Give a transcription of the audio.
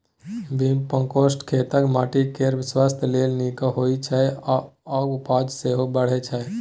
vermicompost खेतक माटि केर स्वास्थ्य लेल नीक होइ छै आ उपजा सेहो बढ़य छै